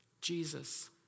Jesus